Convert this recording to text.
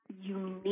unique